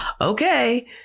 okay